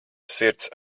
sirds